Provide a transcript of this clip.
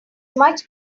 much